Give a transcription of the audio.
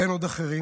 אין עוד אחרים?